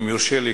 אם יורשה לי,